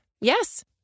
Yes